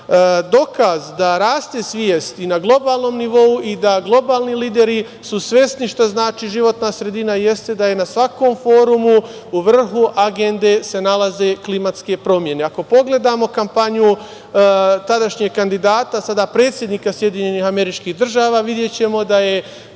da raste svest i na globalnom nivou i da globalni lideri su svesni šta znači životna sredina, jeste da je na svakom forumu i vrhu agende nalaze se klimatske promene. Ako pogledamo kampanju tadašnjeg kandidata, sada predsednika SAD, videćemo da je